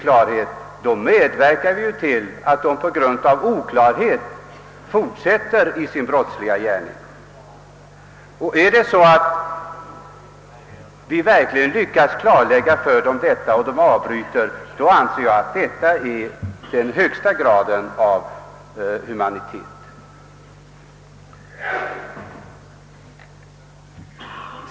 Eljest medverkar vi ju till att de på grund av oklarhet att de icke förstått samhällets reaktion fortsätter med sina brottsliga gärningar. Om vi däremot lyckas få dem att förstå syftet med våra åtgärder så att de upphör med sin brottsliga verksamhet, anser jag detta vara den högsta grad av humanitet.